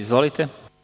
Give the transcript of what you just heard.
Izvolite.